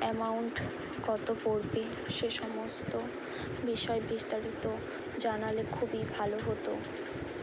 amount কতো পড়বে সে সমস্ত বিষয়ে বিস্তারিত জানালে খুবই ভালো হতো